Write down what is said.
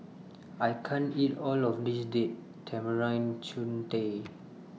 I can't eat All of This Date Tamarind Chutney